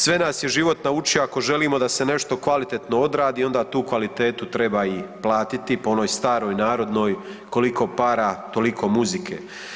Sve nas je život naučio da ako želimo da se nešto kvalitetno odradi, onda tu kvalitetu treba i platiti po onoj staroj narodnoj „koliko para toliko muzike“